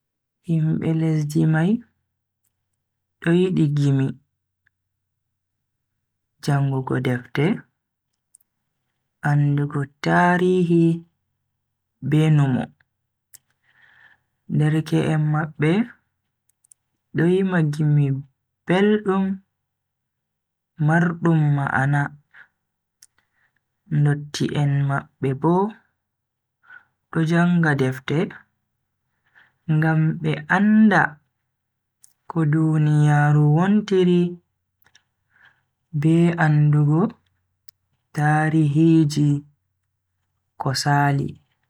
Himbe lesdi mai do yidi gimi, jangugo defte, andugo tarihi be numo. Derke en mabbe do yima gimi beldum mardum ma'ana, ndotti en mabbe bo do janga defte ngam be anda ko duniyaaru wontiri be andugo tarihiji ko Sali.